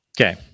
Okay